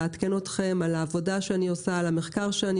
לעדכן אתכן על העבודה והמחקר שאני